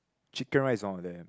chicken rice is all there